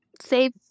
Save